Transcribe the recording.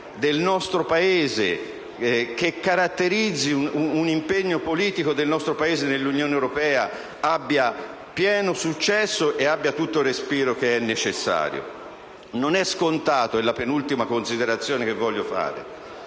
del nostro Paese, che caratterizza un impegno politico del nostro Paese nell'Unione europea, abbia pieno successo e tutto il respiro necessario? Non è scontato. Vengo alla penultima considerazione. Se noi oggi